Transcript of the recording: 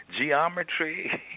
geometry